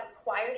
acquired